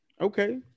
Okay